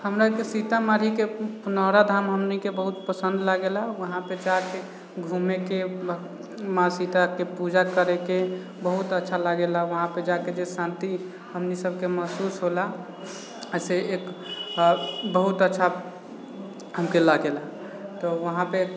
हमराके सीतामढ़ीके पुनौरा धाम हमनिके बहुत पसन्द लागेला वहाँपर जा कऽ घुमैके माँ सीताके पूजा करैके बहुत अच्छा लागेला वहाँपर जा कऽ जे शान्ति हमनि सभके महसूस होला अइसे एक बहुत अच्छा हमके लागेला तऽ वहाँपर